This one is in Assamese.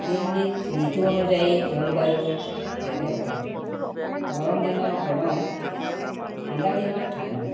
দিল্লীত ঋতু অনুযায়ী জলবায়ু বেলেগ হয় গৰম দিনত গৰম ঠাণ্ডা দিনত ঠাণ্ডা